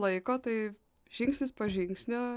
laiko tai žingsnis po žingsnio